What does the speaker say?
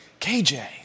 KJ